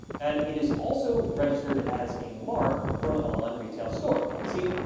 and it is also registered as a mark for an online retail store. see,